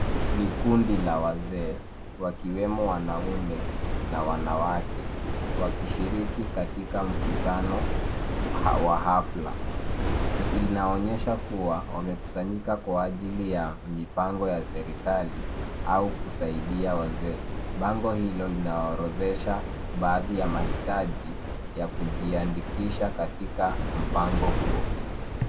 Kuna mkutano wa wazee, wanaume kwa wanawake, wakishiriki katika hafla. Inaonekana wamekusanyika kwa ajili ya mipango ya serikali au kusaidia wazee. Bango lililopo linaorodhesha baadhi ya mahitaji.